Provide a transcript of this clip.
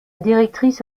directrice